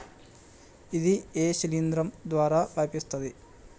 ఇది ఏ శిలింద్రం ద్వారా వ్యాపిస్తది?